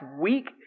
week